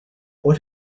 what